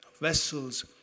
vessels